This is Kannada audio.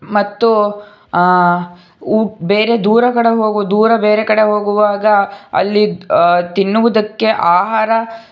ಮತ್ತು ಊ ಬೇರೆ ದೂರ ಕಡೆ ಹೋಗು ದೂರ ಬೇರೆ ಕಡೆ ಹೋಗುವಾಗ ಅಲ್ಲಿ ತಿನ್ನುವುದಕ್ಕೆ ಆಹಾರ